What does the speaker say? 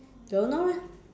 don't know